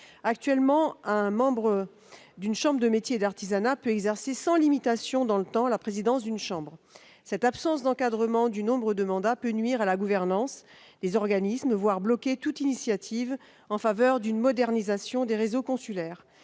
Actuellement, un membre d'une CMA peut exercer sans limitation dans le temps la présidence d'une chambre. Cette absence d'encadrement du nombre de mandats peut nuire à la gouvernance des organismes, voire bloquer toute initiative en faveur d'une modernisation des réseaux consulaires.